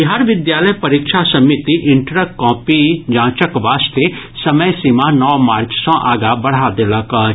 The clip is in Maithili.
बिहार विद्यालय परीक्षा समिति इंटरक कॉपी जांचक वास्ते समय सीमा नओ मार्च सॅ आगां बढ़ा देलक अछि